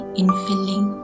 infilling